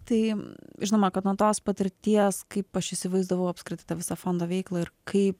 tai žinoma kad nuo tos patirties kaip aš įsivaizdavau apskritai tą visą fondo veiklą ir kaip